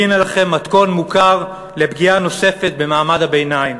והנה לכם מתכון מוכר לפגיעה נוספת במעמד הביניים.